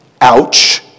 Ouch